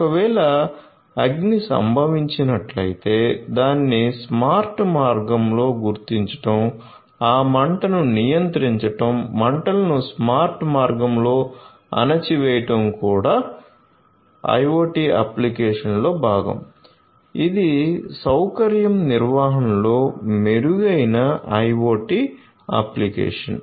ఒకవేళ అగ్ని సంభవించినట్లయితే దానిని స్మార్ట్ మార్గంలో గుర్తించడం ఆ మంటను నియంత్రించడం మంటలను స్మార్ట్ మార్గంలో అణచివేయడం ఇవి కూడా IoT అప్లికేషన్లో భాగం ఇది సౌకర్యం నిర్వహణలో మెరుగైన IoT అప్లికేషన్